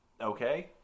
Okay